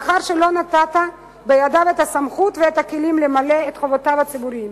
לאחר שלא נתת בידיו את הסמכות ואת הכלים למלא את חובותיו הציבוריות.